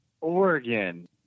Oregon